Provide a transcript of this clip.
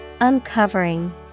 Uncovering